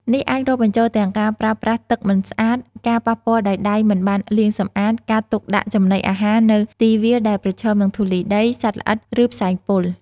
នេះអាចរាប់បញ្ចូលទាំងការប្រើប្រាស់ទឹកមិនស្អាត ការប៉ះពាល់ដោយដៃមិនបានលាងសម្អាត ការទុកដាក់ចំណីអាហារនៅទីវាលដែលប្រឈមនឹងធូលីដី សត្វល្អិត ឬផ្សែងពុល។